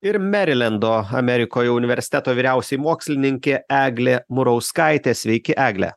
ir merilendo amerikoj universiteto vyriausioji mokslininkė eglė murauskaitė sveiki egle